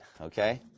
Okay